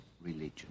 religion